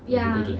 ya